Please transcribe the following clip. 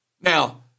Now